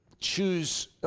choose